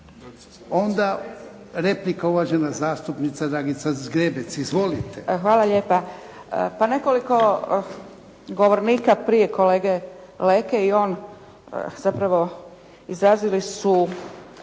Onda replika uvažena zastupnica Dragica Zgrebec. Izvolite. **Zgrebec, Dragica (SDP)** Hvala lijepa. Pa nekoliko govornika prije kolege Leke i on zapravo izrazili su